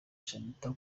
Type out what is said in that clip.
shanitah